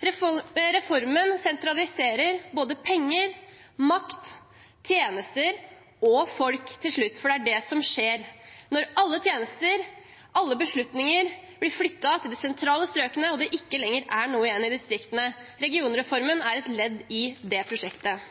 Reformen sentraliserer både penger, makt, tjenester og – til slutt – folk, for det er det som skjer når alle tjenester og alle beslutninger blir flyttet til de sentrale strøkene og det ikke lenger er noe igjen i distriktene. Regionreformen er et ledd i det prosjektet.